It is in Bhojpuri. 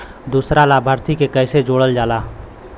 दूसरा लाभार्थी के कैसे जोड़ल जाला?